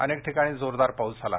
अनेक ठिकाणी जोरदार पाऊस झाला